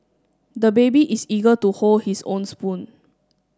the baby is eager to hold his own spoon